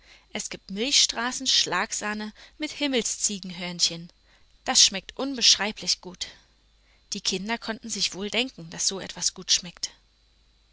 es gibt milchstraßenschlagsahne mit himmelsziegenhörnchen das schmeckt unbeschreiblich gut die kinder konnten sich wohl denken daß so etwas gut schmeckt